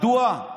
מדוע?